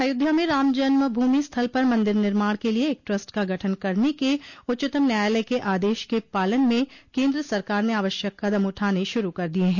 अयोध्या में राम जन्म भूमि स्थल पर मंदिर निर्माण के लिये एक ट्रस्ट का गठन करने के उच्चतम न्यायालय के आदेश के पालन में केन्द्र सरकार ने आवश्यक कदम उठाने शुरू कर दिये हैं